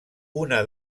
una